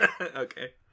Okay